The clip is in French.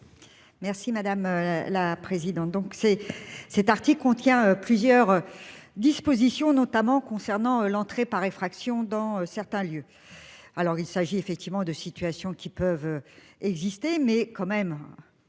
Merci madame la présidente. Donc c'est cet article contient plusieurs. Dispositions notamment concernant l'entrée par effraction dans certains lieux. Alors il s'agit effectivement de situations qui peuvent. Exister mais quand même.